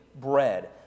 bread